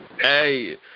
Hey